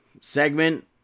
segment